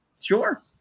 sure